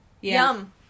yum